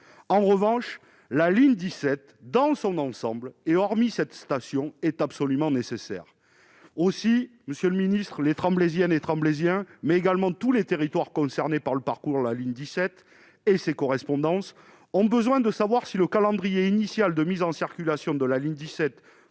en revanche, la ligne 17 dans son ensemble et hormis cette station est absolument nécessaire, aussi Monsieur le Ministre, les Tremblaysiens Tremblaysiens mais également tous les territoires concernés par le parcours, la ligne 17 et ses correspondances ont besoin de savoir si le calendrier initial de mise en circulation de la ligne 17